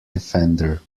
defender